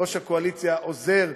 וראש הקואליציה עוזר,